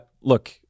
Look